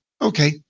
okay